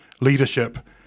leadership